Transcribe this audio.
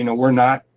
you know we're not.